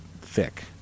thick